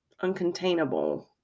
uncontainable